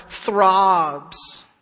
throbs